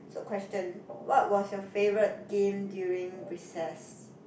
so question what was your favorite game during recess